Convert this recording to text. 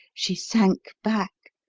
she sank back,